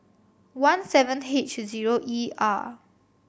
one seven H zero E R